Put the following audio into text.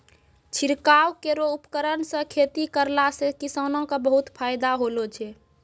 छिड़काव केरो उपकरण सँ खेती करला सें किसानो क बहुत फायदा होलो छै